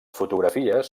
fotografies